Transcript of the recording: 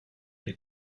des